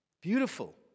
Beautiful